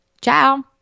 Ciao